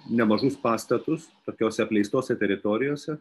nemažus pastatus tokiose apleistose teritorijose